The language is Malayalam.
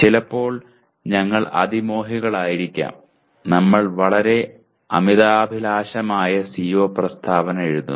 ചിലപ്പോൾ ഞങ്ങൾ അതിമോഹികളായിരിക്കും നമ്മൾ വളരെ അമിതാഭിലാഷമായ CO പ്രസ്താവന എഴുതുന്നു